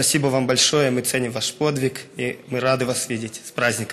(אומר דברים בשפה הרוסית.) תודה.